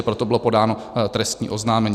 Proto bylo podáno trestní oznámení.